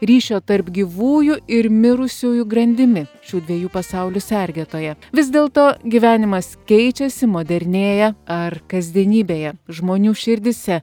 ryšio tarp gyvųjų ir mirusiųjų grandimi šių dviejų pasaulių sergėtoja vis dėl to gyvenimas keičiasi modernėja ar kasdienybėje žmonių širdyse